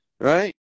right